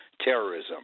Terrorism